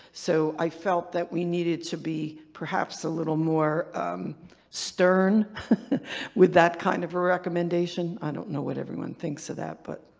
so i felt that we needed to be perhaps a little more stern with that kind of a recommendation. i don't know what everyone thinks of that, but.